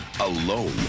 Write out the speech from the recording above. alone